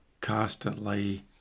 constantly